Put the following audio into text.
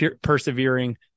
persevering